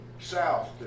south